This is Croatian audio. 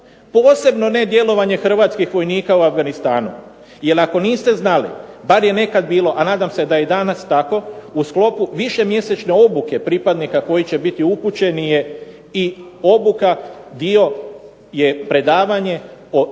Posebno ne djelovanje hrvatskih vojnika u Afganistanu. Jer ako niste znali bar je nekad bilo, a nadam se da je i danas tako, u sklopu višemjesečne obuke pripadnika koji će biti upućeni je i obuka dio je predavanje o osnovama